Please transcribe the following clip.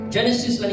Genesis